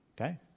Okay